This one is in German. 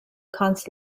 kannst